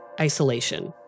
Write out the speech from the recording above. isolation